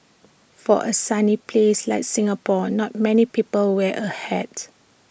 for A sunny place like Singapore not many people wear A hat